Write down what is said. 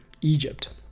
Egypt